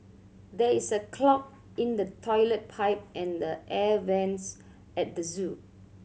there is a clog in the toilet pipe and the air vents at the zoo